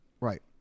Right